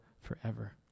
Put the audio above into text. forever